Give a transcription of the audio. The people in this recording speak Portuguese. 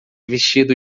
vestido